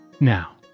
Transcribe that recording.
Now